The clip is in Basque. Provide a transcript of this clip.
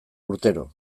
urtero